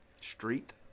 Street